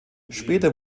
später